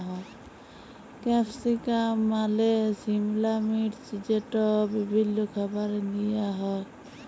capsicum মালে সিমলা মির্চ যেট বিভিল্ল্য খাবারে দিঁয়া হ্যয়